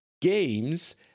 games